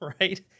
right